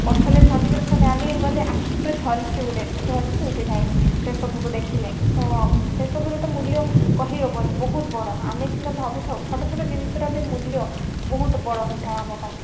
ପଥରରେ ଖଞ୍ଜି କି ରଖିଥାନ୍ତି ଆମେ ଗଲେ ଆଖି ପୁରା ଝଲସି ଉଠେ ଝଲସି ଉଠିଥାଏ ସେ ସବୁକୁ ଦେଖିଲେ ତ ସେ ସବୁର ତ ମୂଲ୍ୟ କହି ହେବନି ବହୁତ ବଡ଼ ଆମେ ସିନା ଭାବୁଥାଉ ଛୋଟ ଛୋଟ ଜିନିଷର ବି ମୂଲ୍ୟ ବହୁତ ବଡ଼ ହୋଇଥାଏ ଆମ ପାଇଁ